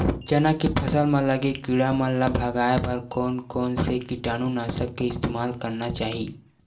चना के फसल म लगे किड़ा मन ला भगाये बर कोन कोन से कीटानु नाशक के इस्तेमाल करना चाहि?